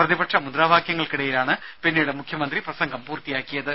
പ്രതിപക്ഷ മുദ്രാവാക്യങ്ങൾക്കിടയിലാണ് പിന്നീട് മുഖ്യമന്ത്രി പ്രസംഗം പൂർത്തിയാക്കിയത്